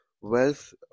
wealth